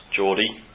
Geordie